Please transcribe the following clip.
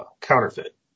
counterfeit